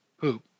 Poop